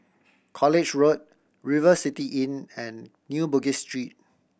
College Road River City Inn and New Bugis Street